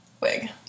Wig